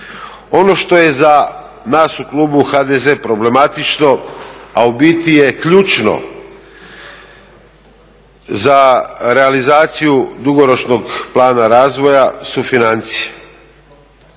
Ono što je za nas u klubu HDZ problematično, a u biti je ključno za realizaciju dugoročnog plana razvoja su financije.